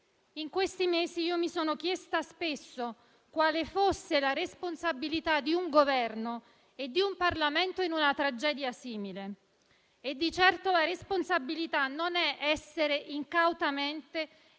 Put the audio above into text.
In questi mesi mi sono chiesta spesso quale fosse la responsabilità di un Governo e di un Parlamento in una tragedia simile. E di certo la responsabilità non è essere incautamente